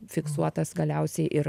fiksuotas galiausiai ir